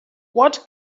what